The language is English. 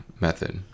method